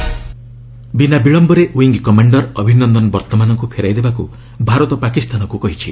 India Pak ବିନା ବିଳମ୍ଘରେ wing commander Abhinandan ବର୍ତ୍ତମାନଙ୍କୁ ଫେରାଇ ଦେବାକୁ ଭାରତ ପାକିସ୍ତାନକୁ କହିଛି